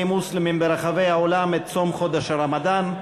מוסלמים ברחבי העולם את צום חודש הרמדאן,